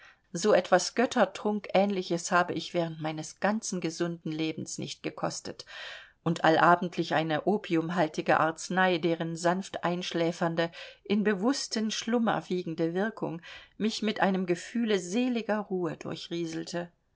so etwas göttertrunkähnliches habe ich während meines ganzen gesunden lebens nicht gekostet und allabendlich eine opiumhaltige arznei deren sanfteinschläfernde in bewußten schlummer wiegende wirkung mich mit einem gefühle seliger ruhe